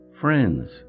friends